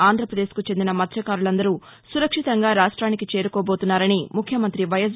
ఆంధ్రపదేశ్కు చెందిన మత్స్యకారులందరూ సురక్షితంగా రాష్ట్వానికి చేరుకోబోతున్నారని ముఖ్యమంతి వైఎస్